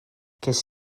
ces